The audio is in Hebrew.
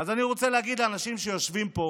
אז אני רוצה להגיד לאנשים שיושבים פה,